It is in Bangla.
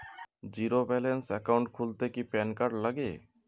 জীরো ব্যালেন্স একাউন্ট খুলতে কি প্যান কার্ড লাগে?